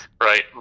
right